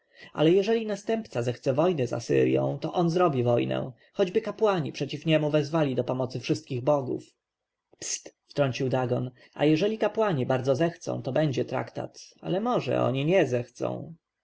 ale jeżeli następca zechce wojny z asyrją to on zrobi wojnę choćby kapłani przeciw niemu wezwali do pomocy wszystkich bogów psyt wtrącił dagon jeżeli kapłani bardzo zechcą to będzie traktat ale może oni nie zechcą